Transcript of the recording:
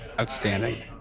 outstanding